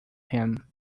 him